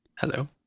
hello